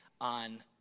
on